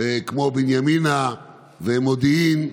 כמו בנימינה ומודיעין?